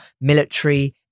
military